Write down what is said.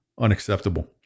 Unacceptable